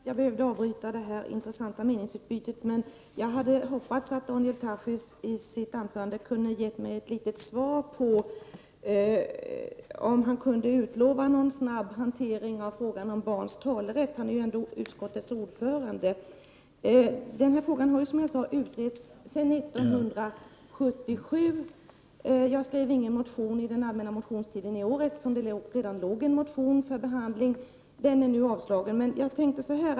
Herr talman! Det är synd att jag skulle behöva avbryta detta intressanta meningsutbyte. Jag hade hoppats att Daniel Tarschys i sitt anförande skulle utlova en snabb hantering av frågan om barns talerätt. Han är ju ändå utskottets ordförande. Den här frågan har som jag sade utretts sedan 1977. Jag väckte ingen motion under den allmänna motionstiden i år eftersom det redan låg en motion för behandling. Den är nu avslagen.